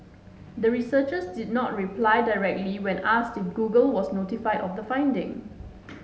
the researchers did not reply directly when asked if Google was notified of the finding